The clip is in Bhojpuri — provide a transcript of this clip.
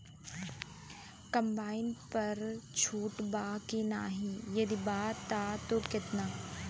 कम्बाइन पर छूट बा की नाहीं यदि बा त केतना?